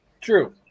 True